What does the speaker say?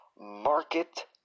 market